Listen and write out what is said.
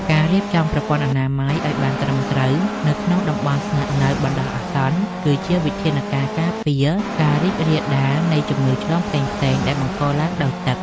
ការរៀបចំប្រព័ន្ធអនាម័យឱ្យបានត្រឹមត្រូវនៅក្នុងតំបន់ស្នាក់នៅបណ្តោះអាសន្ន គឺជាវិធានការការពារការរីករាលដាលនៃជំងឺឆ្លងផ្សេងៗដែលបង្កឡើងដោយទឹក។